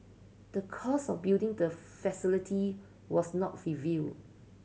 the cost of building the facility was not revealed